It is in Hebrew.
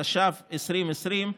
התש"ף 2020,